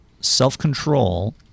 self-control